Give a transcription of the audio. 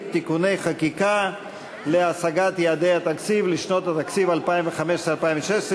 (תיקוני חקיקה להשגת יעדי התקציב לשנות התקציב 2015 ו-2016),